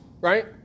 right